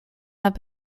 have